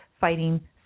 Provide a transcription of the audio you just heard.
fighting